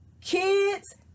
Kids